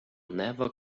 never